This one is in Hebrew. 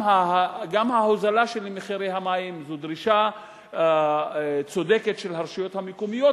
גם ההוזלה של מחיר המים זו דרישה צודקת של הרשויות המקומיות,